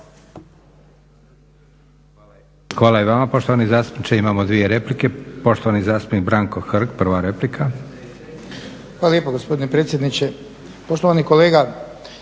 Hvala i vama poštovani zastupniče. Imamo dvije replike. Poštovani zastupnik Branko Hrg, prva replika. **Hrg, Branko (HSS)** Hvala lijepo gospodine predsjedniče. Poštovani kolega,